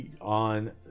on